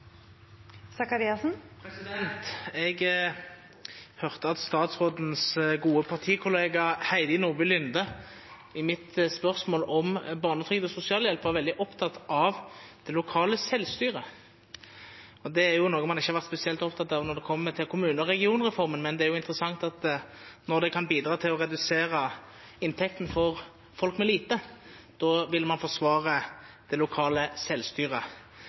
Jeg hørte at statsrådens gode partikollega Heidi Nordby Lunde, i sitt svar på mitt spørsmål om barnetrygd og sosialhjelp, var veldig opptatt av det lokale selvstyret. Det er jo noe man ikke har vært spesielt opptatt av når det kommer til kommune- og regionreformen, men det er interessant at når det kan bidra til å redusere inntekten for folk med lite, da vil man forsvare det lokale selvstyret.